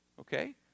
okay